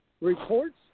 reports